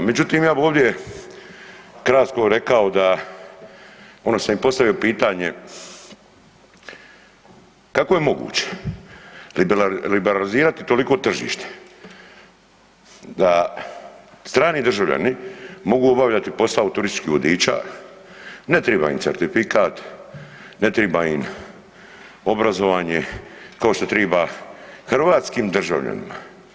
Međutim, ja bi ovdje kratko rekao da ono sam i postavio pitanje, kako je moguće liberalizirati toliko tržište da strani državljani mogu obavljati posao turističkih vodiča ne triba im certifikat, ne triba im obrazovanje kao što triba hrvatskim državljanima.